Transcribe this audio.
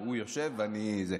הוא יושב ואני זה.